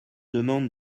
demande